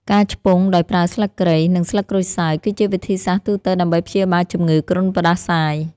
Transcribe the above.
ការឆ្ពង់ដោយប្រើស្លឹកគ្រៃ និងស្លឹកក្រូចសើច គឺជាវិធីសាស្ត្រទូទៅដើម្បីព្យាបាលជំងឺគ្រុនផ្តាសាយ។